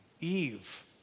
Eve